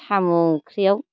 साम' ओंख्रियाव